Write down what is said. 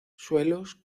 suelos